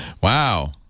Wow